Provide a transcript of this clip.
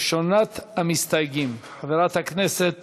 ראשונת המסתייגים, חברת הכנסת